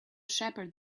shepherd